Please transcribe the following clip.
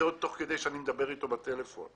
תוך כדי שאני מדבר איתו בטלפון.